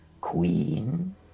queen